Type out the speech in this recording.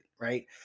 right